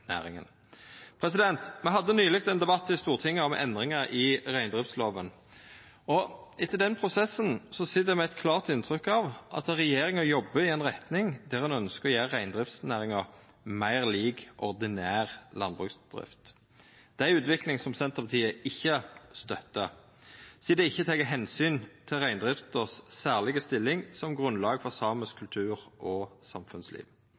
næringa. Me hadde nyleg ein debatt i Stortinget om endringar i reindriftslova. Etter den prosessen sit eg med eit klart inntrykk av at regjeringa jobbar i ei retning der ein ønskjer å gjera reindriftsnæringa meir lik ordinær landbruksdrift. Det er ei utvikling som Senterpartiet ikkje støttar, sidan det ikkje tek omsyn til den særlege stillinga reindrifta har som grunnlag for samisk kultur og samfunnsliv.